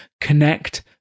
connect